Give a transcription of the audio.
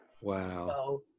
wow